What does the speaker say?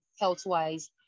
health-wise